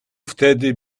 wtedy